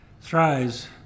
thrives